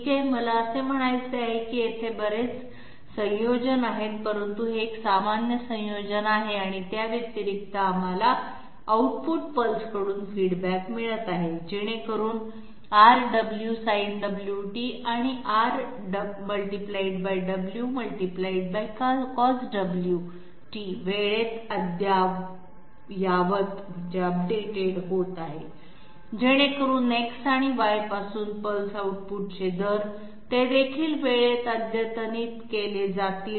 ठीक आहे मला असे म्हणायचे आहे की तेथे बरेच संयोजन आहेत परंतु हे एक सामान्य संयोजन आहे आणि त्याव्यतिरिक्त आम्हाला आउटपुट पल्सकडून फीडबॅक मिळत आहे जेणेकरून R×ω×Sinωt आणि R ×ω×Cosω वेळेत अद्ययावत होत आहेत जेणेकरून X आणि Y पासून पल्स आउटपुटचे दर ते देखील वेळेत अद्यतनित केले जातील